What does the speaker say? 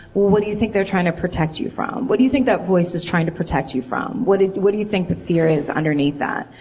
well what do you think they're trying to protect you from? what do you think that voice is trying to protect you from? what do what do you think the fear is underneath that?